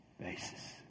basis